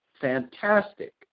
fantastic